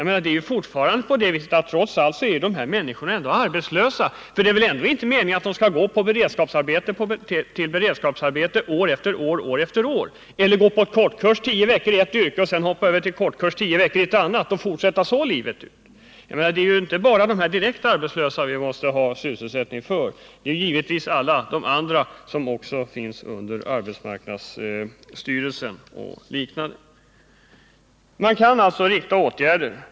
Men fortfarande är trots allt de här människorna ändå arbetslösa — för det är väl inte meningen att de skall gå i beredskapsarbete år efter år eller gå på kortkurs tio veckor i ett yrke och sedan hoppa över på tio veckors kurs i ett annat och fortsätta så livet ut? Det är alltså inte bara för de direkt arbetslösa som vi måste skapa sysselsättningstillfällen, utan det gäller också alla dem som genomgår arbetsmarknadsutbildning eller på annat sätt har tagits om hand av AMS. Det är möjligt att här vidta åtgärder.